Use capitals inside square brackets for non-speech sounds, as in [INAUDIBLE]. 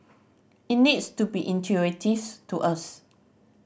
it needs to be intuitive [UNINTELLIGIBLE] to us